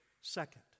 Second